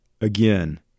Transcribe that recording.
again